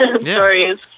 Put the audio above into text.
stories